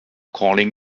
calling